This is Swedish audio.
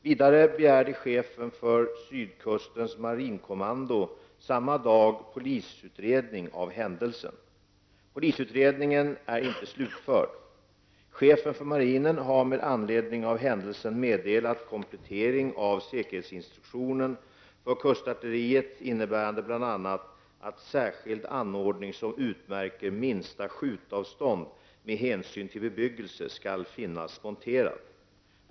Vidare begärde chefen för Sydkustens marinkommando samma dag polisutredning av händelsen. Polisutredningen är inte slutförd. Chefen för marinen har med anledning av händelsen meddelat komplettering av säkerhetsinstruktionen för kustartilleriet, innebärande bl.a. att särskild anordning som utmärker minsta skjutavstånd med hänsyn till bebyggelse skall finnas monterad.